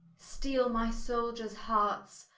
steele my souldiers hearts,